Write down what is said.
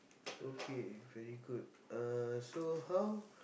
okay very good (uh)so how